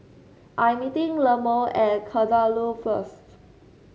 I am meeting Lemma at Kadaloor first